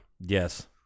Yes